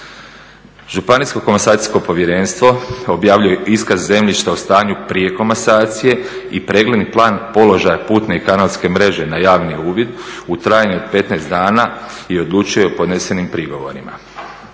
Županijsko komasacijsko povjerenstvo objavljuje iskaz zemljišta o stanju prije komasacije i pregledni plan položaja putne i kanalske mreže na javni uvid u trajanju od 15 dana i odlučuje o podnesenim prigovorima.